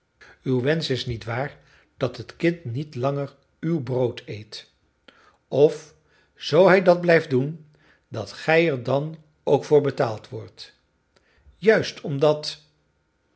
uw wensch is niet waar dat het kind niet langer uw brood eet of zoo hij dat blijft doen dat gij er dan ook voor betaald wordt juist omdat